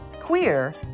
queer